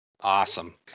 Awesome